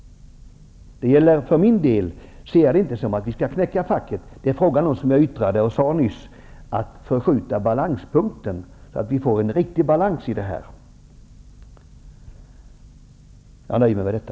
För min del menar jag inte att vi skall fläcka facket. Det är fråga om, som jag sade nyss, att förskjuta balanspunkten så att vi får en riktig balans. Jag nöjer mig med detta.